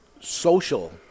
Social